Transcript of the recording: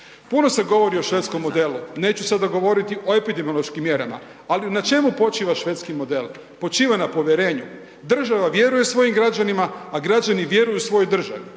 Puno se govori o švedskom modelu, neću sada govoriti o epidemiološkim mjerama, ali na čemu počiva švedski model? Počiva na povjerenju. Država vjeruje svojim građanima, a građani vjeruju svojoj državi.